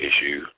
issue